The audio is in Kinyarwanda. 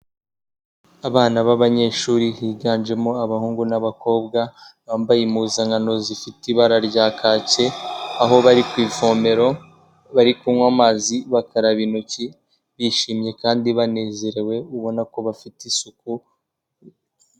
Abana b'abanyeshuri biganjemo abahungu n'abakobwa, I bambaye impuzankano zifite ibara rya kake, aho bari ku ivomero bari kunywa amazi bakaraba intoki bishimye kandi banezerewe ubona ko bafite isuku.